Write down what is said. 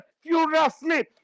furiously